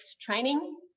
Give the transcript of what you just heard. training